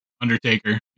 undertaker